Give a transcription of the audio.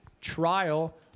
trial